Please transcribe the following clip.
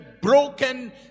broken